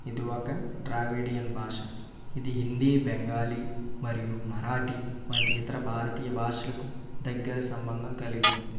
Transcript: ఇది ఒక ద్రవీడియన్ భాష ఇది హిందీ బెంగాలీ మరియు మరాఠీ వంటి ఇతర భారతీయ భాషలకు దగ్గర సంబంధం కలిగి ఉంది